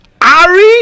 Ari